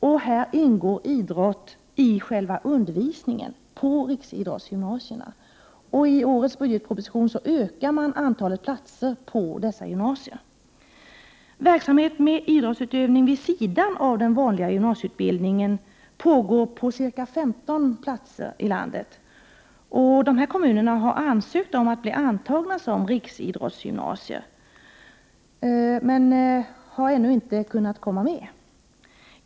Idrott ingår i själva undervisningen på riksidrottsgymnasierna. I årets budgetproposition ökar man antalet platser på dessa gymnasier. Verksamheten med idrottsutövande vid sidan av den vanliga gymnasieutbildningen pågår på ca 15 platser i landet. Från de aktuella kommunerna har man ansökt om att idrottsgymnasierna skall bli antagna som riksidrottsgymnasier. Men det har ännu inte kunnat komma med.